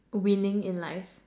winning in life